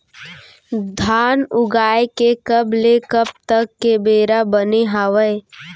धान उगाए के कब ले कब तक के बेरा बने हावय?